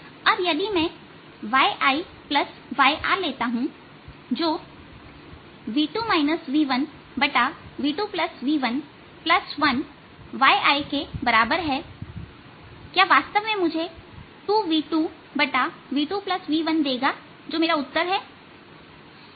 अब यदि मैं yI yR लेता हूंजो v2 v1v2v11yI के बराबर हैक्या वास्तव में मुझे 2v2v2v1देगा जो मेरा उत्तर है